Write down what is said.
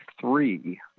three